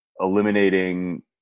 eliminating